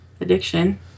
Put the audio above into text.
addiction